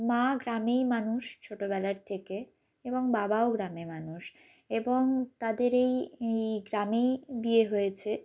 মা গ্রামেই মানুষ ছোটোবেলার থেকে এবং বাবাও গ্রামে মানুষ এবং তাদের এই এই গ্রামেই বিয়ে হয়েছে